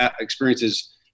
experiences